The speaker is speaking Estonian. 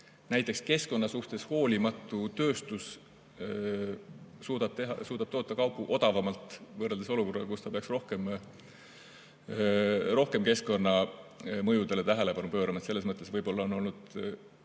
näiteks keskkonna suhtes hoolimatu tööstus suudab toota kaupu odavamalt võrreldes olukorraga, kus ta peaks rohkem keskkonnamõjudele tähelepanu pöörama. Selles mõttes võib-olla on seni